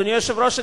אדוני היושב-ראש,